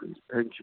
ਹਾਂਜੀ thank you